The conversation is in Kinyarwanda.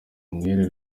umwere